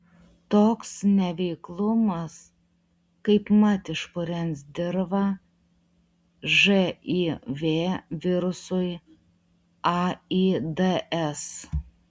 toks neveiklumas kaipmat išpurens dirvą živ virusui aids